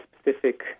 specific